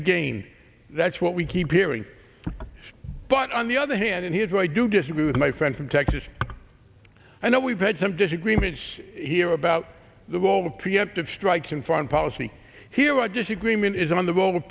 again that's what we keep hearing but on the other hand and here's where i do disagree with my friend from texas i know we've had some disagreements here about the war or preemptive strikes in foreign policy here are disagreement is on the